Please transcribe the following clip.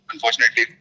Unfortunately